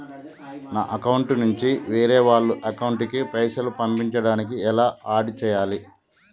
నా అకౌంట్ నుంచి వేరే వాళ్ల అకౌంట్ కి పైసలు పంపించడానికి ఎలా ఆడ్ చేయాలి?